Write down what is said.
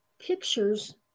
Pictures